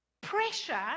pressure